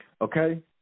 Okay